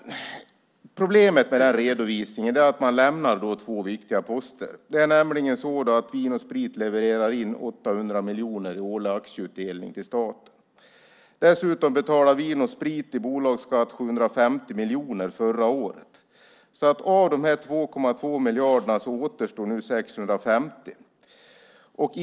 Problemet med den här redovisningen är att man lämnar två viktiga poster. Det är nämligen så att Vin & Sprit levererar in 800 miljoner i årlig aktieutdelning till staten. Dessutom betalade Vin & Sprit 750 miljoner i bolagsskatt förra året. Av de 2,2 miljarderna återstår nu 650 miljoner.